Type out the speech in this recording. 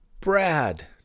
Brad